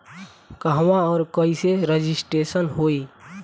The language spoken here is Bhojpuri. कहवा और कईसे रजिटेशन होई?